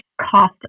cost